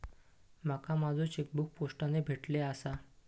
माका माझो चेकबुक पोस्टाने भेटले आसा